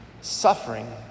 Suffering